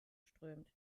strömt